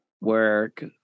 work